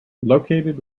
located